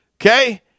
Okay